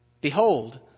Behold